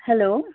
hello